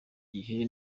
gihe